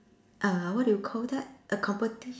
err what do you call that a competition